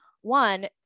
one